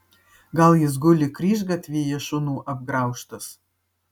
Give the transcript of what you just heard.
gal jis guli kryžgatvyje šunų apgraužtas